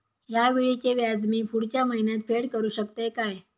हया वेळीचे व्याज मी पुढच्या महिन्यात फेड करू शकतय काय?